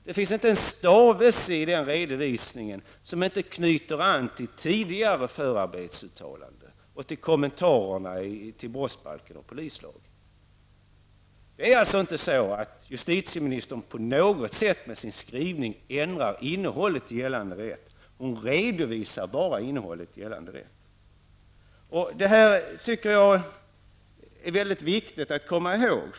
Det finns inte en stavelse i den redovisningen som inte knyter an till tidigare förarbetsuttalanden och till kommentarerna till brottsbalken och polislagen. Justitieministern har inte med sin skrivning på något sätt ändrat innehållet i gällande rätt. Hon redovisar bara innehållet i den. Det här tycker jag är mycket viktigt att komma ihåg.